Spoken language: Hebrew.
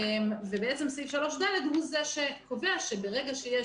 למעשה סעיף 3ד הוא זה שקובע שברגע שיש